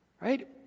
Right